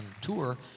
tour